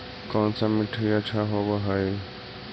कोन सा मिट्टी अच्छा होबहय?